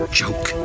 joke